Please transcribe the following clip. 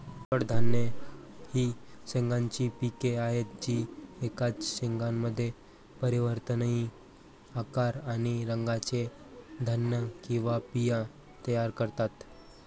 कडधान्ये ही शेंगांची पिके आहेत जी एकाच शेंगामध्ये परिवर्तनीय आकार आणि रंगाचे धान्य किंवा बिया तयार करतात